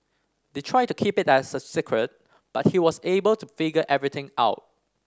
they tried to keep it a secret but he was able to figure everything out